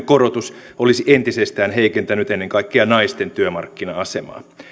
korotus olisi entisestään heikentänyt ennen kaikkea naisten työmarkkina asemaa